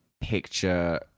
picture